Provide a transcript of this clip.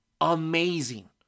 amazing